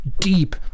deep